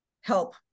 help